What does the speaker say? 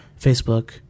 Facebook